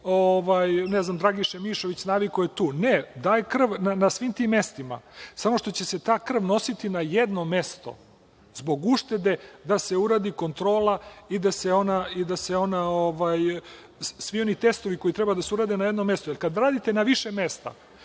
bolnici „Dragiša Mišović“, a navikao je tu, ne, daje krv na svim tim mestima, samo što će se ta krv nositi na jedno mesto, zbog uštede, da se uradi kontrola i svi oni testovi koji treba da se urade. Jer, kad radite na više mesta,